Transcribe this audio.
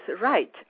right